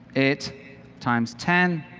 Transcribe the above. it times ten.